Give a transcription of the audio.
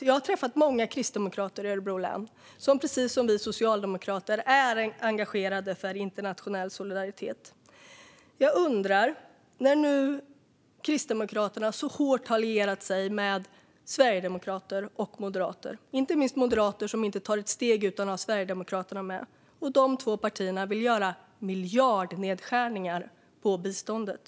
Jag har träffat många kristdemokrater i Örebro län som precis som vi socialdemokrater är engagerade för internationell solidaritet. Nu har Kristdemokraterna lierat sig väldigt hårt med sverigedemokrater och moderater, inte minst moderater som inte tar ett steg utan att ha Sverigedemokraterna med sig. Dessa två partier vill göra miljardnedskärningar på biståndet.